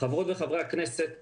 חברות וחברי הכנסת,